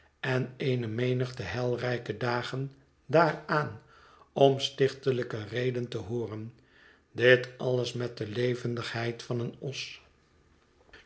en eene menigte heilrijke dagen daaraan om stichtelijke reden te hooren dit alles met de levendigheid van een os